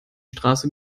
straße